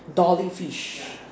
dory fish